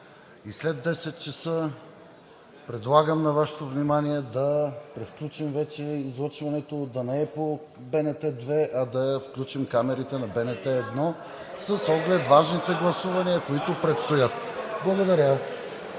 и след 22,00 ч., предлагам на Вашето внимание да превключим вече излъчването – да не бъде по БНТ2, а да включим камерите на БНТ1, с оглед важните гласувания, които предстоят. Благодаря.